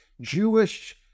Jewish